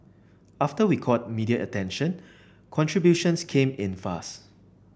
after we caught media attention contributions came in fast